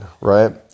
right